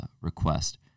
request